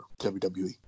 WWE